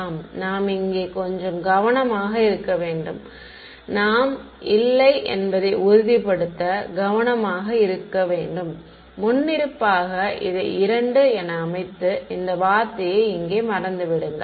ஆம் நாம் இங்கே கொஞ்சம் கவனமாக இருக்க வேண்டும் நாம் இல்லை என்பதை உறுதிப்படுத்த கவனமாக இருக்க வேண்டும் முன்னிருப்பாக இதை 2 என அமைத்து இந்த வார்த்தையை இங்கே மறந்துவிடுங்கள்